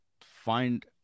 find